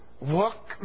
Walk